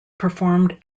performed